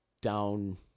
down